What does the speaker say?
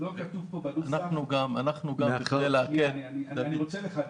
אני רוצה לחדד.